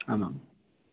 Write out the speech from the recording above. आम् आम्